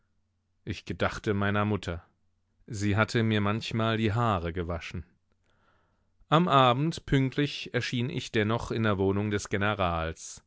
ich gedachte meiner mutter sie hatte mir manchmal die haare gewaschen am abend pünktlich erschien ich dennoch in der wohnung des generals